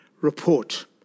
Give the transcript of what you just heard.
report